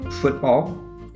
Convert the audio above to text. football